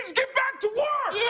get back to yeah